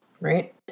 right